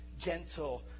gentle